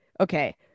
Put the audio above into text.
okay